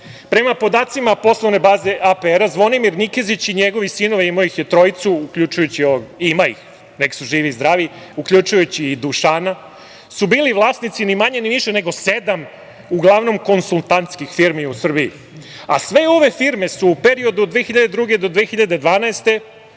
podacima poslovne baze APR, Zvonimir Nikezić i njegovi sinovi, ima ih trojicu, uključujući i Dušana su bili vlasnici ni manje, ni više nego sedam uglavnom, konsultantskih firmi u Srbiji. Sve ove firme su u periodu od 2002. do 2012.